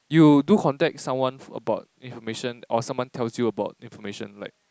you do contact someone about information or someone tells you about information like